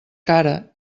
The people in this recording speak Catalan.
cara